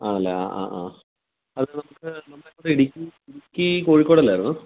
ആണല്ലെ ആ ആ ആ ആത് നമുക്ക് നമ്മുടെ ഇടുക്കി കോഴിക്കോട് അല്ലായിരുന്നോ